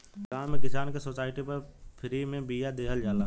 गांव में किसान के सोसाइटी पर फ्री में बिया देहल जाला